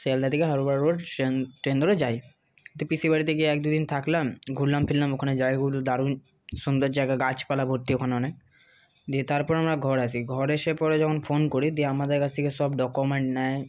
শিয়ালদাহ থেকে road train ধরে যাই তো পিসির বাড়িতে গিয়ে এক দুদিন থাকলাম ঘুরলাম ফিরলাম ওখানে জায়গাগুলো দারুন সুন্দর জায়গা গাছপালা ভর্তি ওখানে অনেক দিয়ে তারপর আমরা ঘর আসি ঘর এসে পরে যখন ফোন করি দিয়ে আমাদের কাছ থেকে সব ডকুমেন্ট নেয়